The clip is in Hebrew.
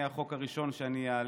זה יהיה החוק הראשון שאעלה,